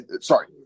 sorry